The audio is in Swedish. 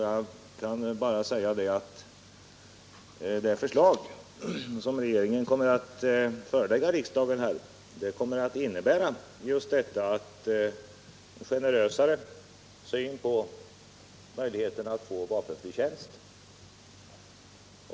Jag kan bara säga att det förslag som regeringen skall förelägga riksdagen kommer att innebära större generositet när det gäller möjligheterna att få vapenfri tjänst.